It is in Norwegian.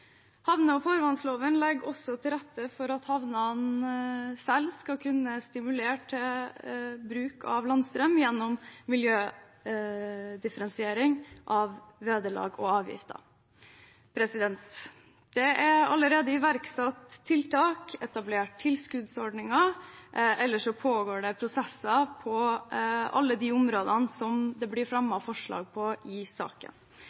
Havne- og farvannsloven legger også til rette for at havnene selv skal kunne stimulere til bruk av landstrøm gjennom miljødifferensiering av vederlag og avgifter. Det er allerede iverksatt tiltak og etablert tilskuddsordninger, og ellers pågår det prosesser på alle de områdene som det blir fremmet forslag på i saken.